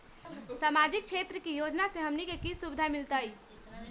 सामाजिक क्षेत्र के योजना से हमनी के की सुविधा मिलतै?